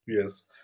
Yes